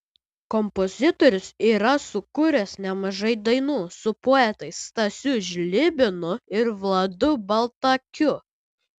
kompozitorius yra sukūręs nemažai dainų su poetais stasiu žlibinu ir vladu baltakiu